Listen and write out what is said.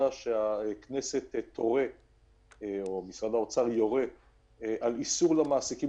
רוצה להודות לוועדה על קיום הדיון,